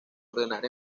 ordenar